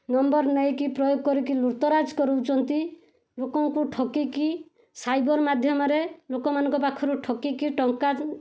number ନେଇକି ପ୍ରୟୋଗ କରିକି ଲୁଟତରାଜ କରାଉଛନ୍ତି ଲୋକଙ୍କୁ ଠକିକି ସାଇବର ମାଧ୍ୟମରେ ଲୋକମାନଙ୍କ ପାଖରୁ ଠକିକି ଟଙ୍କା